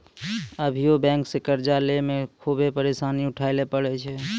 अभियो बेंक से कर्जा लेय मे खुभे परेसानी उठाय ले परै छै